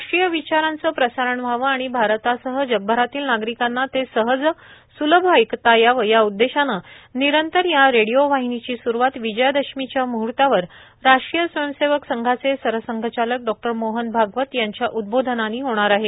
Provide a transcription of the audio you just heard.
राष्ट्रीय विचारांचं प्रसारण व्हावं आणि भारतासह जगभरातील नागरिकांना ते सहज स्लभ ऐकता यावं या उद्देशानं निरंतर या रेडिओ वाहिनीची सुरूवात विजयादशमीच्या मुहर्तावर राष्ट्रीय स्वयंसेवक संघाचे सरसंघचालक डॉ मोहन भागवत यांच्या उद्बोधनानी होणार आहे